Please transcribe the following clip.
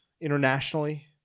internationally